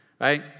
Right